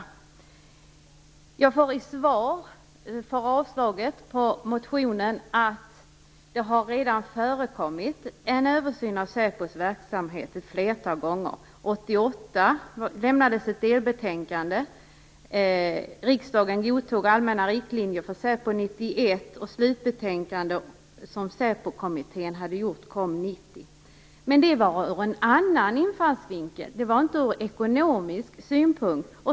Som svar får jag i avslaget på motionen att det redan har förekommit översyn av SÄPO:s verksamhet ett flertal gånger. 1988 lämnades ett delbetänkande. Riksdagen godtog allmänna riktlinjer för SÄPO 1991, och SÄPO-kommitténs slutbetänkande kom 1990. Men det gällde en annan infallsvinkel, inte en ekonomisk.